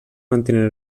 mantenen